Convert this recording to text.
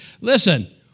listen